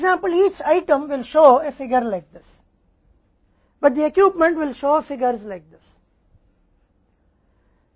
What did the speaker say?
अब यदि हम किसी विशेष वस्तु को लेते हैं तो केवल अवस्था चक्र का समय है